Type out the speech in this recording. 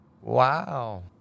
Wow